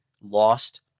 lost